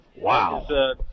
Wow